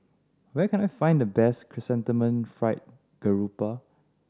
where can I find the best Chrysanthemum Fried Grouper